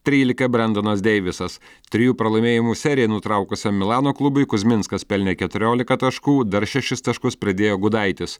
trylika brendonas deivisas trijų pralaimėjimų seriją nutraukusiam milano klubui kuzminskas pelnė keturiolika taškų dar šešis taškus pridėjo gudaitis